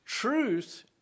Truth